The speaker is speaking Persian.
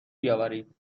بیاورید